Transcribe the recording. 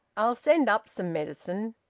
i'll send up some medicine.